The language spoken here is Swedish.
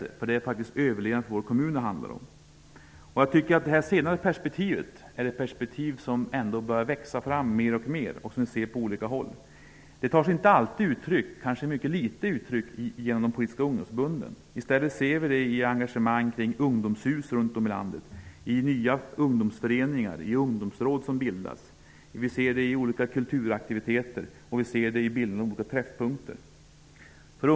Det handlar faktiskt om den egna kommunens överlevnad. Det senare perspektivet börjar anläggas mer och mer på olika håll. Det tar sig mycket få uttryck i de politiska ungdomsförbunden. I stället ser vi det i engagemanget för Ungdomens hus runt om i landet, i nya ungdomsföreningar och i ungdomsråd som bildas. Vi ser det också i olika kulturaktiviteter och i träffpunktsprojekten.